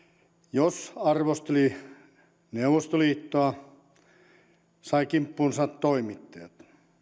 jos arvosteli neuvostoliittoa sai kimppuunsa toimittajat